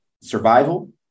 survival